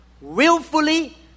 willfully